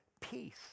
peace